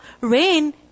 rain